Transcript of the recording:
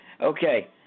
okay